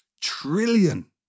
trillion